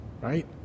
right